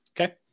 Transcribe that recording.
okay